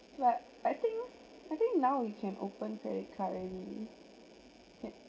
yeah I think I think now you can open credit card already yup